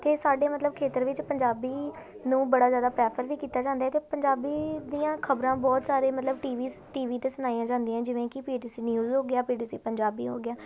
ਅਤੇ ਸਾਡੇ ਮਤਲਬ ਖੇਤਰ ਵਿੱਚ ਪੰਜਾਬੀ ਨੂੰ ਬੜਾ ਜ਼ਿਆਦਾ ਪ੍ਰੈਫਰ ਵੀ ਕੀਤਾ ਜਾਂਦਾ ਅਤੇ ਪੰਜਾਬੀ ਦੀਆਂ ਖ਼ਬਰਾਂ ਬਹੁਤ ਸਾਰੇ ਮਤਲਬ ਟੀ ਵੀਸ ਟੀ ਵੀ 'ਤੇ ਸੁਣਾਈਆ ਜਾਂਦੀਆਂ ਜਿਵੇਂ ਕਿ ਪੀ ਟੀ ਸੀ ਨਿਊਜ਼ ਹੋ ਗਿਆ ਪੀ ਟੀ ਸੀ ਪੰਜਾਬੀ ਹੋ ਗਿਆ